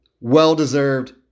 Well-deserved